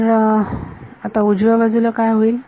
तर आता उजव्या बाजूला काय होईल